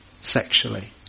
sexually